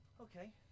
Okay